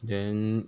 then